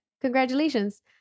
Congratulations